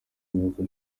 kuvuga